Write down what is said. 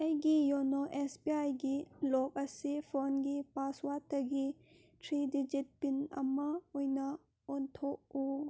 ꯑꯩꯒꯤ ꯌꯣꯅꯣ S B ꯑꯥꯏꯒꯤ ꯂꯣꯛ ꯑꯁꯤ ꯐꯣꯟꯒꯤ ꯄꯥꯁꯋꯥꯔꯠꯇꯒꯤ ꯊ꯭ꯔꯤ ꯗꯤꯖꯤꯠ ꯄꯤꯟ ꯑꯃ ꯑꯣꯏꯅ ꯑꯣꯟꯊꯣꯛꯎ